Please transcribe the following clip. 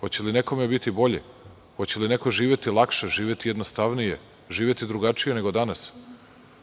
Hoće li nekome biti bolje? Hoće li neko živeti lakše, živeti jednostavnije, živeti drugačije nego danas?